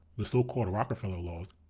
the so-called rockefeller laws,